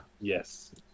Yes